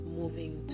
moving